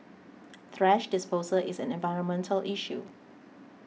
thrash disposal is an environmental issue